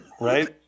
right